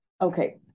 okay